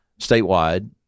statewide